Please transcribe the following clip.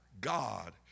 God